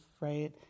right